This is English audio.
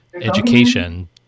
education